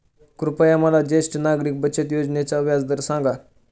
कृपया मला ज्येष्ठ नागरिक बचत योजनेचा व्याजदर सांगा